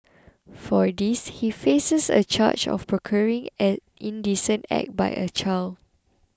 for this he faces a charge of procuring an indecent act by a child